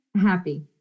happy